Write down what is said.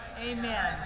Amen